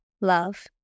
love